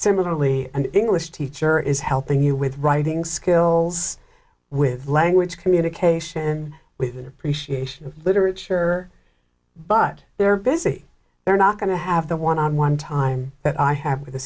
similarly an english teacher is helping you with writing skills with language communication with an appreciation of literature but they're busy they're not going to have the one on one time that i have with